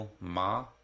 Ma